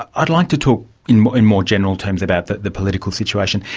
i'd like to talk in more and more general terms about the the political situation.